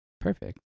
Perfect